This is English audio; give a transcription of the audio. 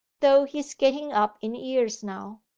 though he's getting up in years now.